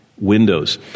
windows